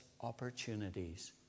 opportunities